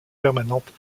permanente